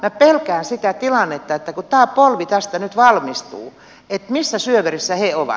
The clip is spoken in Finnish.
minä pelkään sitä tilannetta kun tämä polvi nyt valmistuu missä syöverissä he ovat